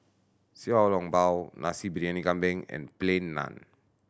Xiao Long Bao Nasi Briyani Kambing and Plain Naan